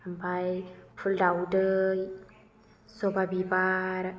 ओमफ्राय फुल दाउदै ज'बा बिबार